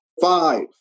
five